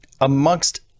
amongst